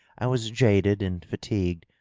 i was i'aded and fatigued,